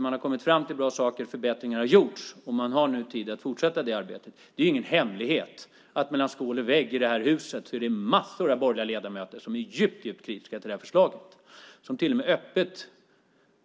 Man har kommit fram till bra saker och förbättringar har gjorts. Man har nu tid att fortsätta det arbetet. Och det är ingen hemlighet att mellan skål och vägg i detta hus finns det massor av borgerliga ledamöter som är djupt kritiska till detta förslag. De säger till och med öppet